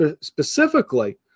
specifically